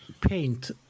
paint